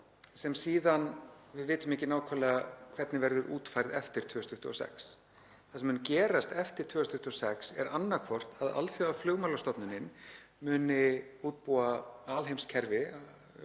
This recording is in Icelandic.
sem við vitum ekki nákvæmlega hvernig verður útfærð eftir 2026. Það sem mun gerast eftir 2026 er annaðhvort að Alþjóðaflugmálastofnunin útbúi alheimskerfi